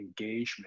engagement